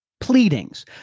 pleadings